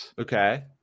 Okay